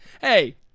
hey